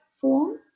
form